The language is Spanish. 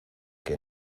que